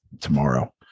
tomorrow